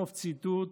סוף ציטוט,